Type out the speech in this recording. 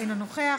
אינו נוכח,